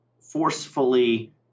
forcefully